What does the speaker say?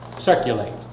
circulate